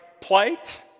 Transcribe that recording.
plight